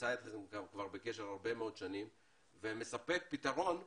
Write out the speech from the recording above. שנמצא איתכם בקשר כבר הרבה מאוד שנים ומספק פתרון שהוא,